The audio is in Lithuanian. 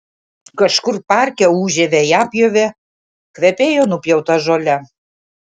kažkur parke ūžė vejapjovė kvepėjo nupjauta žole